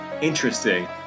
interesting